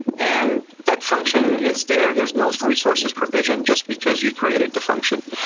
and that function is there, there's no resources provision just because you created the function.